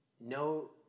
no